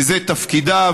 וזה תפקידה,